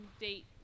date